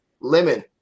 lemon